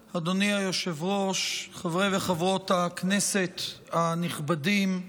היושב-ראש, חברי וחברות הכנסת הנכבדים,